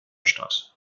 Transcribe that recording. statt